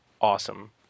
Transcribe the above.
awesome